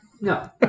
No